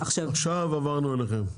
עכשיו עברנו אליכם.